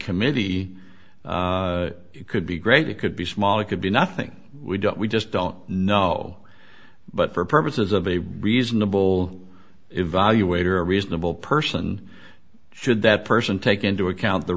committee could be great it could be small it could be nothing we don't we just don't know but for purposes of a reasonable evaluator a reasonable person should that person take into account the